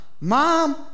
mom